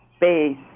base